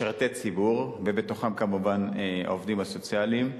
משרתי ציבור, ובתוכם כמובן העובדים הסוציאליים,